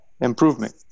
Improvement